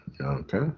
Okay